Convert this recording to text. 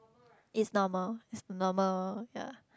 it's normal it's the normal ya